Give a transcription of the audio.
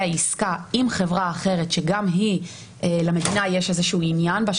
עסקה עם חברה אחרת שגם למדינה יש איזה שהוא עניין בה,